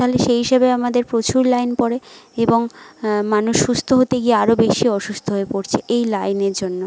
তাহলে সেই হিসেবে আমাদের প্রচুর লাইন পড়ে এবং মানুষ সুস্থ হতে গিয়ে আরও বেশি অসুস্থ হয়ে পড়ছে এই লাইনের জন্য